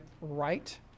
right